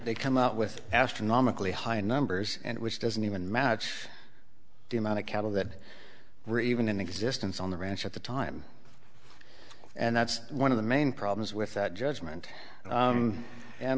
come out with astronomically high numbers and which doesn't even match the amount of cattle that were even in existence on the ranch at the time and that's one of the main problems with that judgment